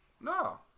No